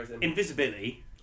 invisibility